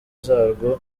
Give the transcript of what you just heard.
zarwo